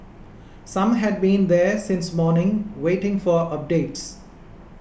some had been there since morning waiting for updates